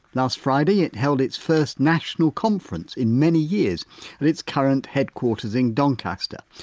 last friday it held its first national conference in many years at its current headquarters in doncaster.